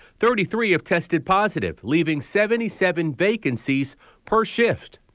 thirty three of tested positive leaving seventy seven vacancies per shift.